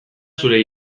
zure